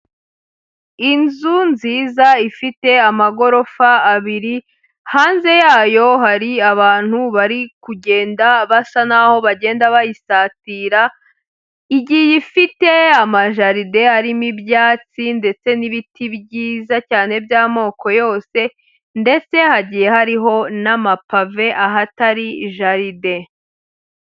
Inzu nziza ifite amagorofa abiri, hanze yayo hari abantu bari kugenda basa n'aho bagenda bayisatira, igiye ifite amajaride arimo ibyatsi ndetse n'ibiti byiza cyane by'amoko yose ndetse hagiye hariho n'amapave ahatari jaride.